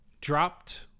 dropped